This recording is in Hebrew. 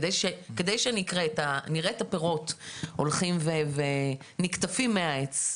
כדי שנראה את הפירות הולכים ונקטפים מהעץ,